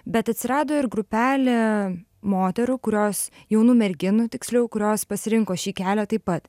bet atsirado ir grupelė moterų kurios jaunų merginų tiksliau kurios pasirinko šį kelią taip pat